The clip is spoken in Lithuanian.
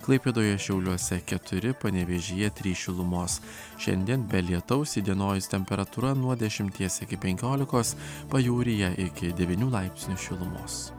klaipėdoje šiauliuose keturi panevėžyje trys šilumos šiandien be lietaus įdienojus temperatūra nuo dešimties iki penkiolikos pajūryje iki devynių laipsnių šilumos